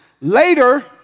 Later